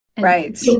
right